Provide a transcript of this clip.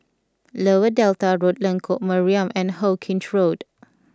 Lower Delta Road Lengkok Mariam and Hawkinge Road